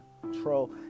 control